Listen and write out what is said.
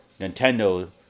Nintendo